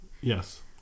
Yes